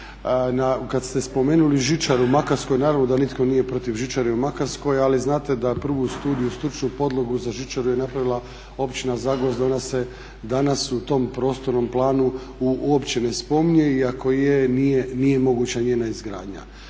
Kada ste spomenuli žičaru u Makarskoj, naravno da nitko nije protiv žičare u Makarskoj ali znate da prvu studiju, stručnu podlogu za žičaru je napravila općina Zagvozd, ona se danas u tom prostornom planu uopće ne spominje i ako je nije moguća njena izgradnja.